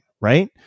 right